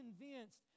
convinced